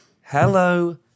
hello